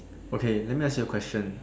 okay let me ask you a question